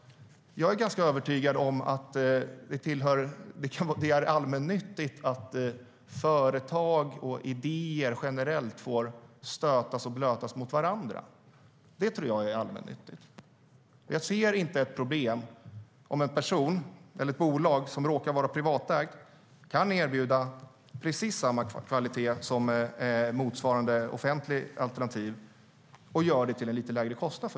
Jag är ganska övertygad om att det är allmännyttigt att företag och idéer generellt får stötas och blötas mot varandra. Det tror jag är allmännyttigt. Jag ser inte ett problem om en person eller ett bolag som råkar vara privatägt kan erbjuda precis samma kvalitet som ett motsvarande offentligt alternativ till en lite lägre kostnad.